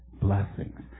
blessings